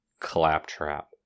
Claptrap